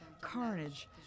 carnage